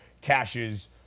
cashes